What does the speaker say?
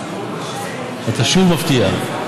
אתה שוב מפתיע.